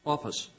Office